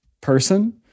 person